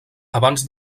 abans